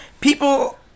people